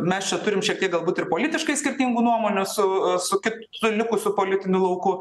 mes čia turim šiek tiek galbūt ir politiškai skirtingų nuomonių su su kitu likusiu politiniu lauku